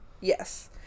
Yes